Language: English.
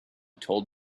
told